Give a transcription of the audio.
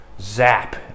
Zap